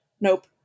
Nope